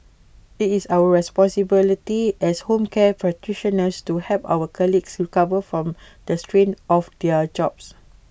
IT is our responsibility as home care practitioners to help our colleagues recover from the strain of their jobs